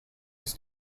his